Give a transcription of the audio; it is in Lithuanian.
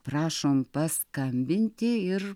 prašom paskambinti ir